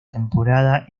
temporada